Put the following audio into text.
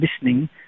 listening